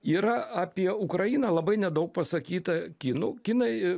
yra apie ukrainą labai nedaug pasakyta kinų kinai